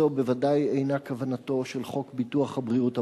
וזו בוודאי אינה כוונתו של חוק ביטוח בריאות ממלכתי.